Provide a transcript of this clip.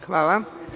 Hvala.